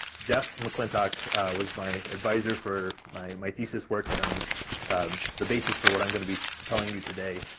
jeff mcclintock was my advisor for my, my thesis work that i'm the basis for what i'm gonna be telling you today.